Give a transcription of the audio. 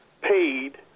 paid